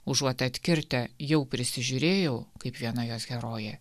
užuot atkirtę jau prisižiūrėjau kaip viena jos herojė